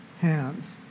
hands